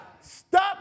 stop